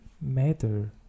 matter